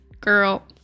girl